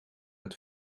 het